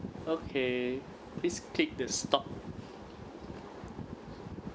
okay please click the stop